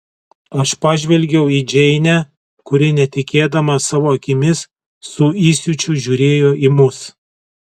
aš pažvelgiau į džeinę kuri netikėdama savo akimis su įsiūčiu žiūrėjo į mus